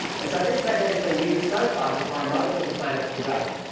and so this method has been used so far to find most of the planets to date,